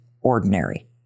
ordinary